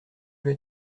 veux